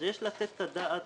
אז יש לתת את הדעת